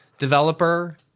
developer